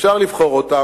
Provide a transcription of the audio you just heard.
אפשר לבחור אותם,